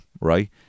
right